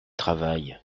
travail